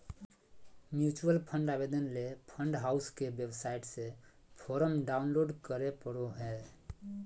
mutual fund आवेदन ले fund house के वेबसाइट से फोरम डाऊनलोड करें परो हय